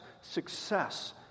success